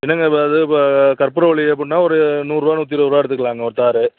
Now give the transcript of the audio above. என்னங்க அது இப்போ கற்பூரவல்லி அப்பிட்னா ஒரு நூறு ரூபா நூற்றி இருபது ரூபா எடுத்துக்கலாங்க ஒரு தார்